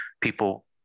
people